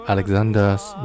Alexander's